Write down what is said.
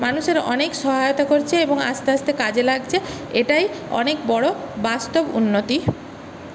মানুষের অনেক সহায়তা করছে এবং আস্তে আস্তে কাজে লাগছে এটাই অনেক বড়ো বাস্তব উন্নতি